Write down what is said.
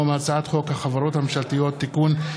מהצעת חוק החברות הממשלתיות (תיקון,